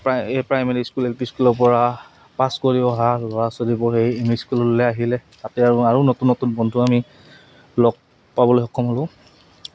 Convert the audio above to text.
এই primary school L P স্কুলৰ পৰা পাছ কৰি অহা ল'ৰা ছোৱালীবোৰ সেই এম ই স্কুললৈ আহিলে তাতে আৰু আৰু নতুন নতুন বন্ধু আমি লগ পাবলৈ সক্ষম হ'লোঁ